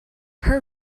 her